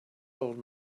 old